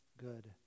good